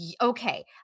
Okay